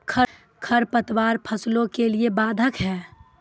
खडपतवार फसलों के लिए बाधक हैं?